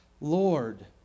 Lord